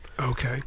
Okay